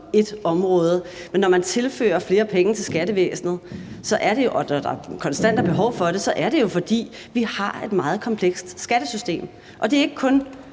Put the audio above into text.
ét område, men når man tilfører flere penge til skattevæsenet, og når der konstant er behov for det, er det jo, fordi vi har et meget komplekst skattesystem – og det er ikke kun